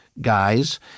guys